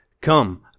Come